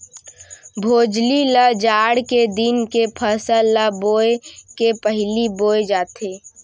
भोजली ल जाड़ के दिन के फसल ल बोए के पहिली बोए जाथे